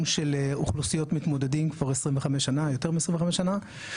אוכלוסיות מתמודדים כבר יותר מ-25 שנים.